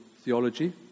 theology